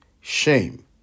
shame